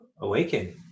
awaken